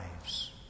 lives